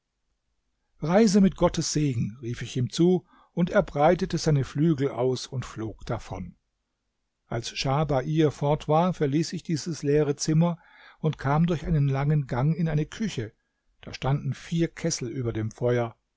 reise mit gottes segen rief ich ihm zu und er breitete seine flügel aus und flog davon als schah bair fort war verließ ich dieses leere zimmer und kam durch einen langen gang in eine küche da standen vier kessel über dem feuer